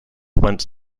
went